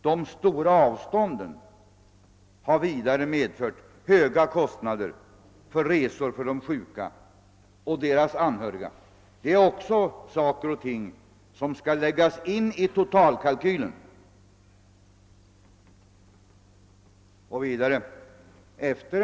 De stora avstånden har också medfört höga kostnader för resor för de sjuka och deras anhöriga. Också dessa förhållanden skall läggas in i totalkalkylen. : Efter.